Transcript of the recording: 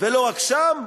ולא רק שם.